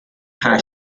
her